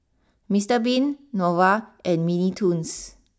Mister Bean Nova and Mini Toons